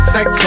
Sex